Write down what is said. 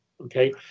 okay